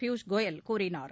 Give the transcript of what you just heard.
பியூஷ் கோயல் கூறினார்